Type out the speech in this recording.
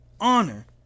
honor